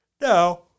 Now